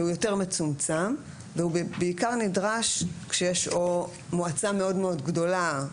והוא יותר מצומצם והוא בעיקר נדרש כשיש או מועצה מאוד גדולה,